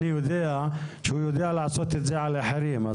אני יודע שהוא יודע לעשות את זה על אחרים.